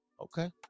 okay